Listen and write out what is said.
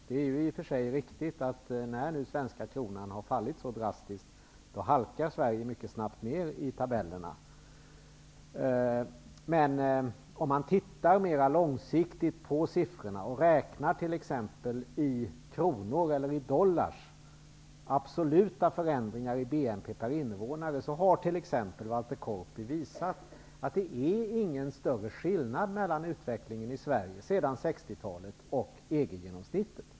Det är i och för sig riktigt att när den svenska kronan faller så drastiskt halkar Sverige snabbt ner i tabellerna. Walter Korpi har visat att om man ser långsiktigt på siffrorna och räknar absoluta förändringar i BNP per invånare i kronor eller dollar, är det inte någon större skillnad mellan utvecklingen i Sverige sedan 60-talet och EG-genomsnittet.